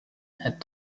had